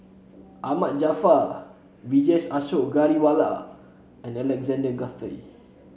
Ahmad Jaafar Vijesh Ashok Ghariwala and Alexander Guthrie